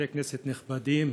חברי הכנסת הנכבדים,